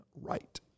right